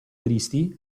tristi